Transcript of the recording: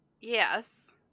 yes